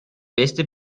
beste